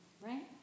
right